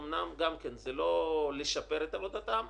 אומנם גם זה לא לשפר את עבודתן,